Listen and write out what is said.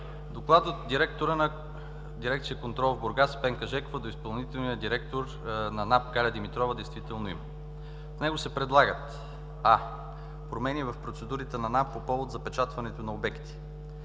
Доклад от директора на Дирекция „Контрол“ в Бургас Пенка Жекова до изпълнителния директор на НАП Галя Димитрова. В него се предлагат: а) промени в процедурите на НАП по повод запечатването на обекти;